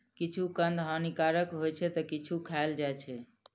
किछु कंद हानिकारक होइ छै, ते किछु खायल जाइ छै